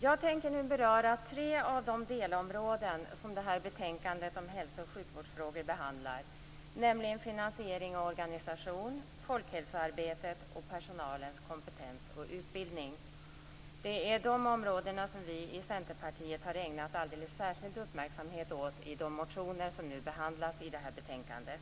Jag tänker nu beröra tre av de delområden som det här betänkandet om hälso och sjukvårdsfrågor behandlar, nämligen finansiering och organisation, folkhälsoarbetet och personalens kompetens och utbildning. Det är områden som vi i Centerpartiet har ägnat alldeles särskilt mycket uppmärksamhet i de motioner som nu behandlas i det här betänkandet.